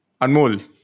Anmol